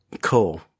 Cool